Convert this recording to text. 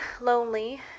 lonely